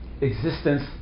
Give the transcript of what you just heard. Existence